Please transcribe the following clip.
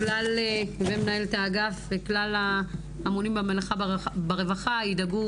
מנהלת האגף וכלל האמונים על המלאכה ברווחה ידאגו